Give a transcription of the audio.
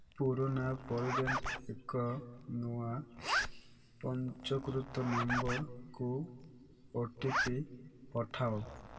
ପୁରୁଣା ଏକ ନୂଆ ପଞ୍ଜିକୃତ ନମ୍ବରକୁ ଓ ଟି ପି ପଠାଅ